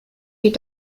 die